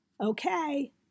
Okay